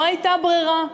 לא הייתה ברירה.